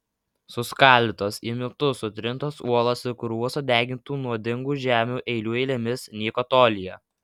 suskaldytos į miltus sutrintos uolos ir krūvos sudegintų nuodingų žemių eilių eilėmis nyko tolyje